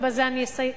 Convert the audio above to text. ובזה אני אסיים,